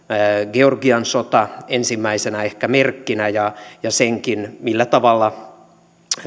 georgian sota ehkä ensimmäisenä merkkinä ja ja senkin millä tavalla